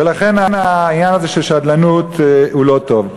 ולכן, העניין הזה של שדלנות הוא לא טוב.